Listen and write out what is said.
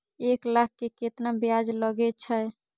एक लाख के केतना ब्याज लगे छै?